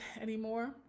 anymore